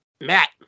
Matt